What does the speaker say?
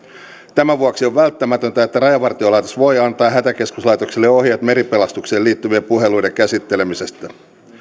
tämän vuoksi on välttämätöntä että rajavartiolaitos voi antaa hätäkeskuslaitokselle ohjeet meripelastukseen liittyvien puheluiden käsittelemisestä